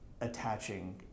attaching